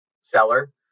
seller